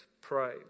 pray